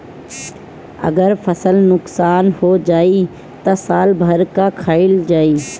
अगर फसल नुकसान हो जाई त साल भर का खाईल जाई